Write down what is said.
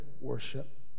worship